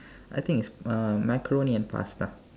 I think's it's uh macaroni and pasta